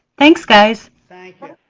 thanks guys. thank you,